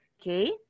okay